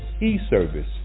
e-service